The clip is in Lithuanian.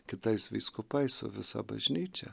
kitais vyskupais su visa bažnyčia